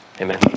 Amen